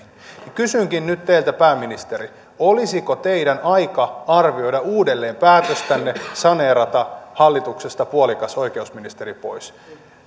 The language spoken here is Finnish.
kysynkin nyt teiltä pääministeri olisiko teidän aika arvioida uudelleen päätöstänne saneerata hallituksesta puolikas oikeusministeri pois